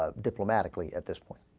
ah diplomatically at this point